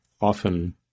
often